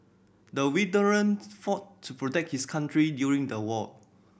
the veteran fought to protect his country during the war